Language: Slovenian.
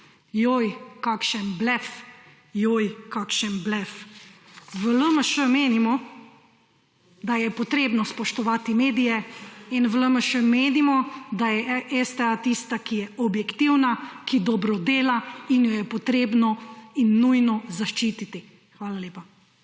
joj kakšen blef, joj kakšen blef. V LMŠ menimo, da je potrebno spoštovati medije in v LMŠ menimo, da je STA tista, ki je objektivna, ki dobro dela in jo je potrebno in nujno zaščiti. Hvala lepa.